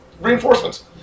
reinforcements